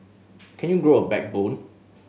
can you grow a backbone